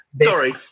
Sorry